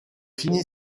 fini